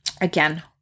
again